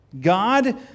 God